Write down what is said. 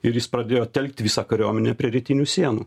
ir jis pradėjo telkti visą kariuomenę prie rytinių sienų